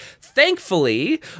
Thankfully